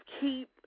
keep